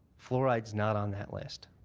fluoride's not on that list.